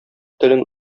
телен